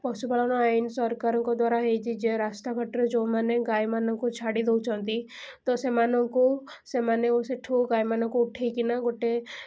ପଶୁପାଳନ ଆଇନ୍ ସରକାରଙ୍କ ଦ୍ୱାରା ହେଇଛି ଯେ ରାସ୍ତାଘାଟରେ ଯେଉଁମାନେ ଗାଈମାନଙ୍କୁ ଛାଡ଼ି ଦେଉଛନ୍ତି ତ ସେମାନଙ୍କୁ ସେମାନେ ଆଉ ସେଠୁ ଗାଈମାନଙ୍କୁ ଉଠାଇକିନା ଗୋଟେ